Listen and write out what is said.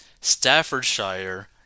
Staffordshire